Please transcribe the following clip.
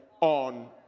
on